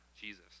Jesus